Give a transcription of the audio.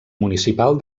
municipal